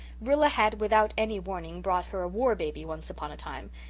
rilla had, without any warning, brought her a war-baby once upon a time.